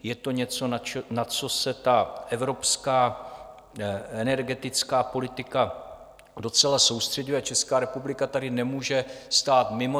Je to něco, na co se ta evropská energetická politika docela soustřeďuje, a Česká republika tady nemůže stát mimo.